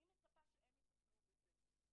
אני מצפה שהם יטפלו בזה.